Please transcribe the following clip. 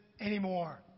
anymore